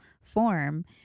form